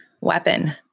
weapon